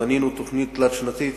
בנינו תוכנית תלת-שנתית